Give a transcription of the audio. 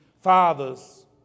fathers